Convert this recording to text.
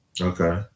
Okay